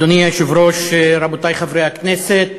אדוני היושב-ראש, רבותי חברי הכנסת,